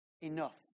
enough